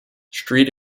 street